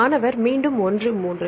மாணவர் மீண்டும் 1 3